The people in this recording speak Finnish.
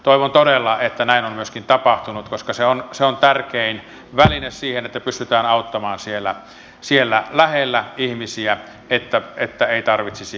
toivon todella että näin on myöskin tapahtunut koska se on tärkein väline siinä että pystytään auttamaan siellä lähellä ihmisiä että ei tarvitsisi liikkeelle lähteä